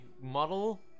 model